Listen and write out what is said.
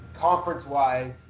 conference-wise